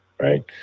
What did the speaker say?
right